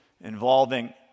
involving